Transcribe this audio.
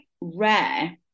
rare